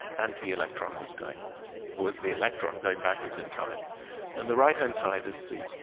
anti electron was going was the electron going backwards in time and the right hand side is the